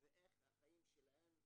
ואיך החיים שלהם בוואדיות.